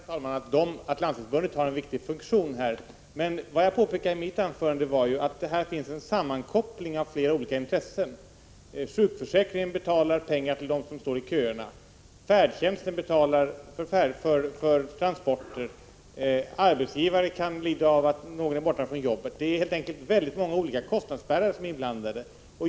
Herr talman! Det är självklart att Landstingsförbundet har en viktig funktion, men vad jag påpekade i mitt anförande var att här finns en sammankoppling av flera olika intressen. Sjukförsäkringen betalar pengar till dem som står i köerna, färdtjänsten betalar för transporter, och arbetsgivare lider av att någon är borta från jobbet. Det är helt enkelt många olika kostnadsbärare som är inblandade.